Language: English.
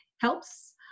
helps